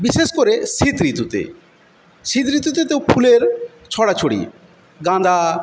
বিশেষ করে শীত ঋতুতে শীত ঋতুতে তো ফুলের ছড়াছড়ি গাঁদা